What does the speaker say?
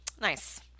Nice